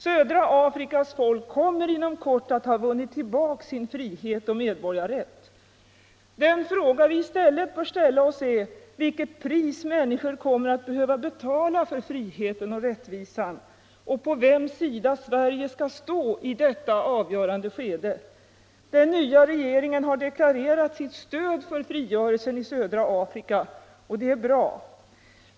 Södra Afrikas folk kommer inom kort att ha vunnit tillbaka sin frihet och medborgarrätt. De frågor vi i stället bör ställa oss är vilket pris människorna kommer att behöva betala för friheten och rättvisan och på vems sida Sverige skall stå i detta avgörande skede. Den nya regeringen har deklarerat sitt stöd för frigörelsen i södra Afrika.